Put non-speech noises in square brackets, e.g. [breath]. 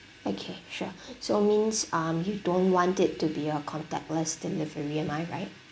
okay sure [breath] so means um you don't want it to be a contactless delivery am I right